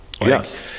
yes